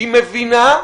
היא מבינה,